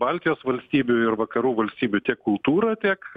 baltijos valstybių ir vakarų valstybių tiek kultūrą tiek